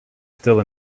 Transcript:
still